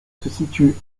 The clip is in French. située